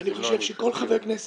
אני חושב שזה גם לא בסדר,